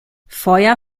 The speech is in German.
feuer